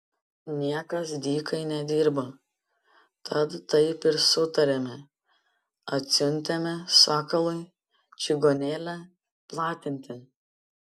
niekas dykai nedirba tad taip ir sutarėme atsiuntėme sakalui čigonėlę platinti